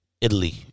Italy